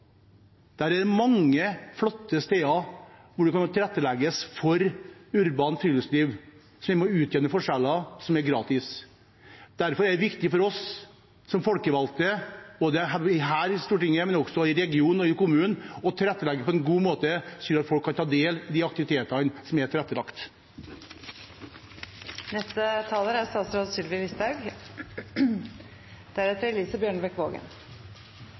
Der er det mange flotte steder hvor det kan tilrettelegges for urbant friluftsliv, som er med på å utjevne forskjeller, som er gratis. Derfor er det viktig for oss som folkevalgte – her i Stortinget, men også i regionen og i kommunen – å tilrettelegge på en god måte, slik at folk kan ta del i de aktivitetene som er tilrettelagt.